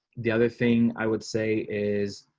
the other thing i would say is,